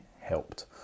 helped